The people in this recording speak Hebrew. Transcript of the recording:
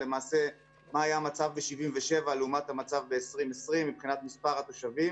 מה היה המצב ב-1977 לעומת המצב ב-2020 מבחינת מספר התושבים